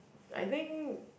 I think